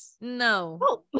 no